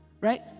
Right